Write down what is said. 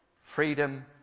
Freedom